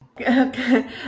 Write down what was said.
Okay